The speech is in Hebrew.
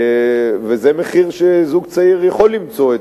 וזה מחיר שזוג צעיר יכול למצוא,